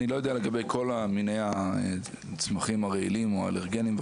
אני לא יודע לגבי כל מיני הצמחים הרעילים או האלרגניים,